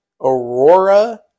Aurora –